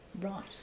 Right